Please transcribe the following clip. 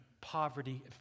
poverty